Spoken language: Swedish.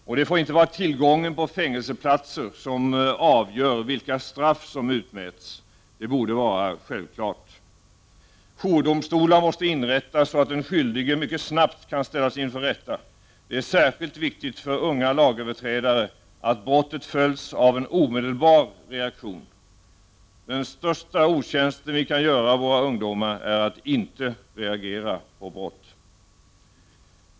Och det får inte vara tillgången på fängelseplatser som avgör vilka straff som utmäts. Det borde vara självklart. Jourdomstolar måste inrättas, så att den skyldige mycket snabbt kan ställas inför rätta. Det är särskilt viktigt för unga lagöverträdare att brottet följs av en omedelbar reaktion. Den största otjänsten vi kan göra våra ungdomar är att inte reagera på brott.